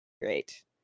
Great